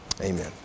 Amen